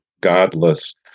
Godless